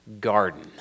garden